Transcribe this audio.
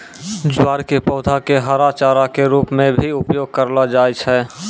ज्वार के पौधा कॅ हरा चारा के रूप मॅ भी उपयोग करलो जाय छै